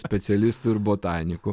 specialistų ir botanikų